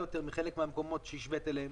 יותר מחלק מהמקומות שהשווית אליהם.